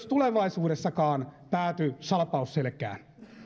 tulevaisuudessakaan pääty salpausselkään